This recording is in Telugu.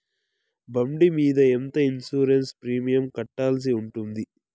బండి మీద ఎంత ఇన్సూరెన్సు ప్రీమియం కట్టాల్సి ఉంటుంది?